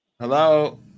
Hello